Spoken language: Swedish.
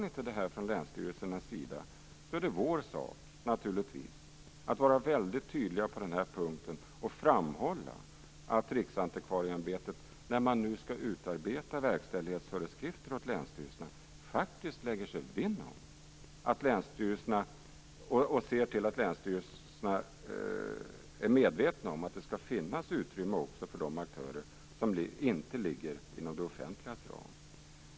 Om länsstyrelserna inte gör det är det naturligtvis vår sak att vara väldigt tydliga på den här punkten och framhålla att Riksantikvarieämbetet - när man nu skall utarbeta verkställighetsföreskrifter åt länsstyrelserna - bör lägga sig vinn om och se till att länsstyrelserna är medvetna om att det skall finnas utrymme också för de aktörer som inte ligger inom det offentligas ram.